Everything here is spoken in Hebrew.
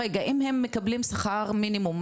רגע אם הם מקבלים שכר מינימום,